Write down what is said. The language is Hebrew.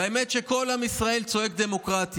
והאמת היא שכל עם ישראל צועק "דמוקרטיה".